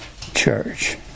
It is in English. church